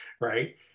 right